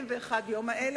לפני 41 יום היתה